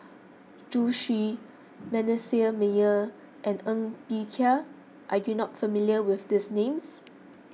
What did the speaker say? Zhu Xu Manasseh Meyer and Ng Bee Kia are you not familiar with these names